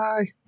Bye